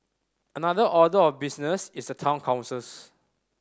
another order of business is the town councils